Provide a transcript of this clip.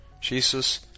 Jesus